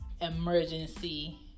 emergency